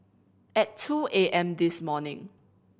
at two A M this morning